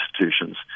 institutions